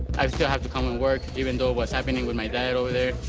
i still have to come and work, even though what's happening with my dad over there,